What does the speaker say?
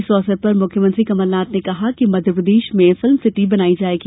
इस अवसर पर मुख्यमंत्री कमलनाथ ने कहा कि मध्यप्रदेश में फिल्म सिटी बनाई जायेगी